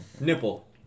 Nipple